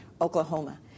Oklahoma